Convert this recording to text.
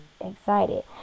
excited